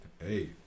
hey